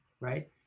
right